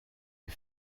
est